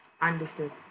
Understood